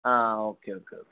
ആ ഒക്കെ ഒക്കെ ഒക്കെ